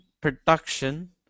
production